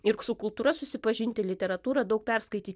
ir su kultūra susipažinti literatūrą daug perskaityt